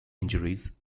injuries